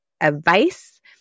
advice